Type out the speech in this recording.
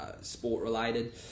sport-related